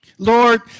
Lord